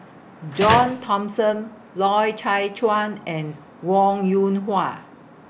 John Thomson Loy Chye Chuan and Wong Yoon Hwa